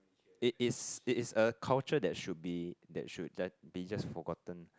it is it is a culture that should be that should they just forgotten